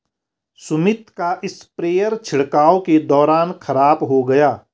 सुमित का स्प्रेयर छिड़काव के दौरान खराब हो गया